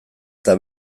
eta